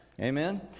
Amen